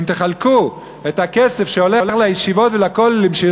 אם תחלקו את הכסף שהולך לישיבות ולכוללים,